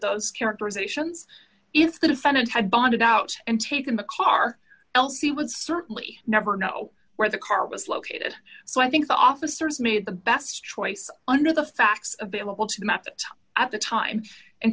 those characterizations if the defendant had bonded out and taken the car else he would certainly never know where the car was located so i think the officers made the best choice under the facts available to met at the time and